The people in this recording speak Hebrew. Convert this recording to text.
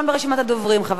חבר הכנסת נסים זאב,